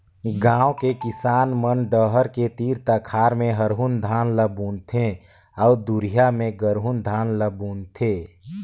गांव के किसान मन डहर के तीर तखार में हरहून धान ल बुन थें अउ दूरिहा में गरहून धान ल बून थे